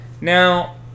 Now